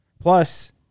Plus